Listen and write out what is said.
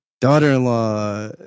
daughter-in-law